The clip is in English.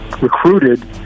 recruited